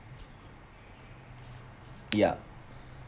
ya